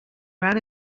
ran